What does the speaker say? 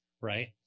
Right